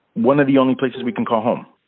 one of the only places we can call home.